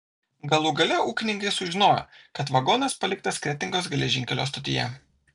galų gale ūkininkai sužinojo kad vagonas paliktas kretingos geležinkelio stotyje